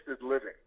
Living